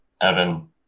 Evan